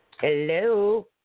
Hello